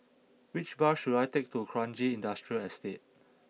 which bus should I take to Kranji Industrial Estate